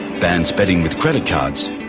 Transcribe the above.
bans betting with credit cards,